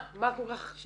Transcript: מה כל כך?